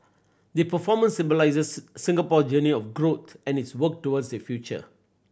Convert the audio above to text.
the performance symbolises Singapore journey of growth and its work towards the future